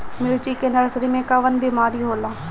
मिर्च के नर्सरी मे कवन बीमारी होला?